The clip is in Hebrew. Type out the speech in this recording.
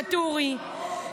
ואטורי,